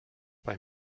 bei